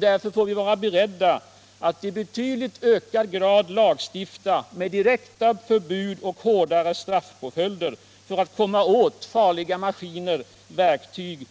Därför måste vi vara beredda att i betydligt ökad grad lagstifta — med direkta förbud och hårdare straffpåföljder — för att komma åt farliga maskiner, verktyg